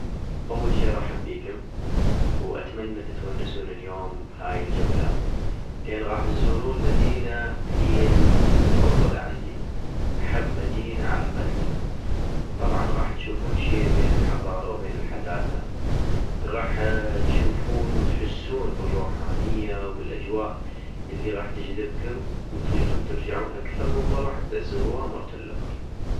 اول شي ارحب بيكم ، واتمنى تتونسون اليوم بهاي الجولة ، لان غاح تزورون مدينة هي المفضلة عندي ، احب مدينة على قلبي - طبعا غاح تشوفون شي بين الحضارة وبين الحداثة ، غاح تشوفون وتحسون بالروحانية وبالاجواء الي غاح تجذبكم، وتغيدون ترجعون اكثغ من مرة حتى تزوروها مرة الخ